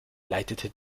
leitete